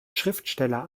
schriftsteller